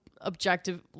objective